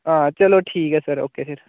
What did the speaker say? हा चलो ठीक ऐ सर ओके फ्ही